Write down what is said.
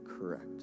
correct